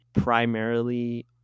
primarily